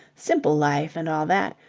simple life and all that.